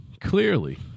Clearly